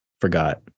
forgot